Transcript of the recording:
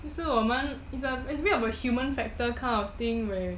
其实我们 it's a bit of a human factor kind of thing where